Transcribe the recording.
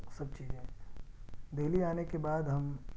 سب چیزیں ہیں دہلی آنے کے بعد ہم